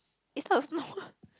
is not a store